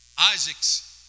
Isaac's